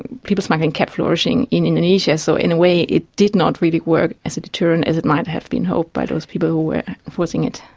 people smuggling kept flourishing in indonesia, so in a way it did not really work as a deterrent as it might have been hoped by those people who were enforcing it.